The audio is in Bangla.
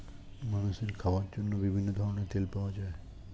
মানুষের খাওয়ার জন্য বিভিন্ন ধরনের তেল পাওয়া যায়